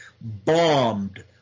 bombed